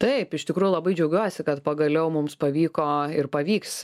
taip iš tikrųjų labai džiaugiuosi kad pagaliau mums pavyko ir pavyks